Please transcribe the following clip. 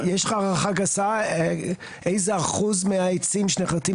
יש לך הערכה גסה איזה אחוז מהעצים שנכנסים